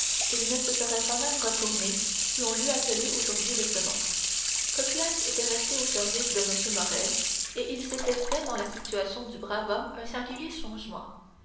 il ne se serait pas même retourné si on l'eût appelé aujourd'hui de ce nom coclès était resté au service de m morrel et il s'était fait dans la situation du brave homme un singulier changement